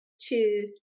choose